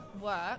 work